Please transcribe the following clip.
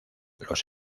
los